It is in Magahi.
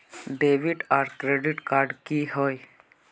डेबिट आर क्रेडिट कार्ड की होय?